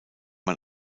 man